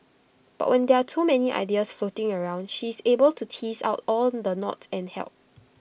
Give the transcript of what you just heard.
but when there are too many ideas floating around she is able to tease out all the knots and help